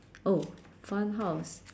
oh funhouse